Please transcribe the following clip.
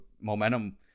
momentum